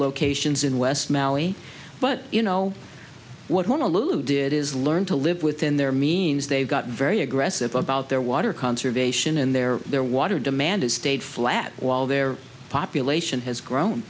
locations in west mallee but you know what one allude did is learn to live within their means they've got very aggressive about their water conservation and their their water demand has stayed flat while their population has grown